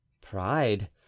Pride